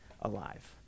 alive